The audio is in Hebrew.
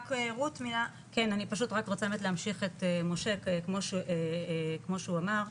אני פשוט רק רוצה להמשיך את משה, כמו שהוא אמר,